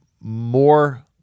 more